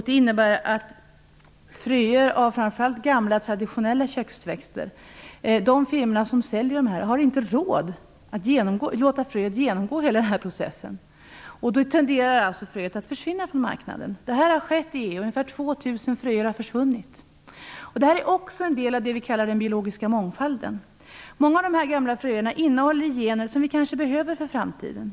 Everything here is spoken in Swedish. Det innebär att de firmor som säljer fröer av framför allt gamla traditionella köksväxter inte har råd att låta fröerna genomgå hela den här processen. Då tenderar fröerna att försvinna från marknaden. Detta har skett i EU. Ungefär 2 000 olika arter har försvunnit. Detta är också en del av det vi kallar den biologiska mångfalden. Många av dessa gamla fröer innehåller gener som vi kanske behöver för framtiden.